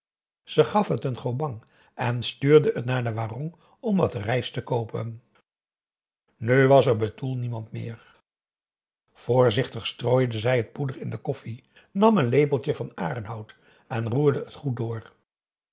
gaf het een gobang en stuurde het naar de warong om wat rijst te koopen nu was er betoel niemand meer voorzichtig strooide zij het poeder in de koffie nam een lepeltje van arènhout en roerde het goed door